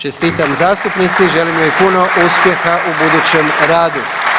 Čestitam zastupnici i želim joj puno uspjeha u budućem radu.